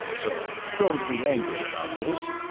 so don't be angry about this.